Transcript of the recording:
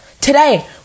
Today